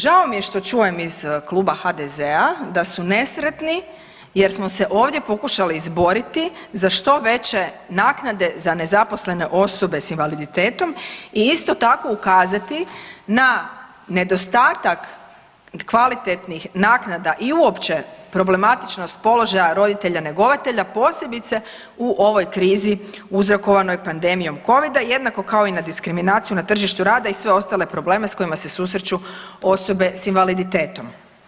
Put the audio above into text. Žao mi je što čujem iz Kluba HDZ-a da su nesretni jer smo se ovdje pokušali izboriti zašto veće naknade za nezaposlene osobe s invaliditetom i isto tako ukazati na nedostatak kvalitetnih naknada i uopće problematičnost položaja roditelja njegovatelja, posebice u ovoj krizi uzrokovanoj pandemijom Covida, jednako kao i na diskriminaciju na tržištu rada i sve ostale probleme s kojima se susreću osobe s invaliditetom.